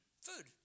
Food